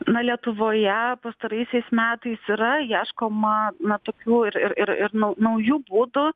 na lietuvoje pastaraisiais metais yra ieškoma na tokių ir ir ir nau naujų būdų